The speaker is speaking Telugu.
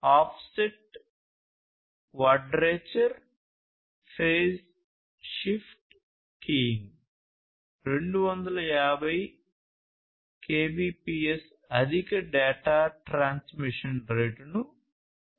offset quadrature phase shift keying 250 kbps అధిక డేటా ట్రాన్స్మిషన్ రేటును అందిస్తుంది